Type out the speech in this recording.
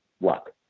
luck